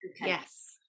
Yes